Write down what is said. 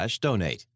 donate